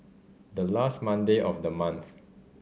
the last Monday of the month